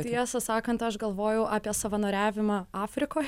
tiesą sakant aš galvojau apie savanoriavimą afrikoj